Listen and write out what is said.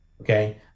okay